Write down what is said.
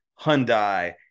Hyundai